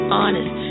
honest